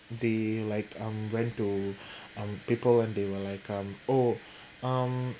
they liked um went to um people and they were like oh um